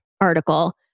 article